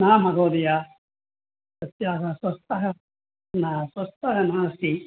न महोदय तस्याः स्वस्था ना स्वस्था नास्ति